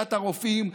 לעמדת הרופאים,